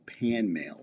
PanMail